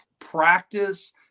practice